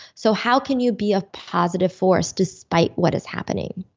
so how can you be a positive force despite what is happening